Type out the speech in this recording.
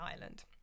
Island